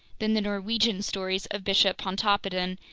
then the norwegian stories of bishop pontoppidan,